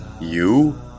-"You